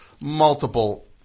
multiple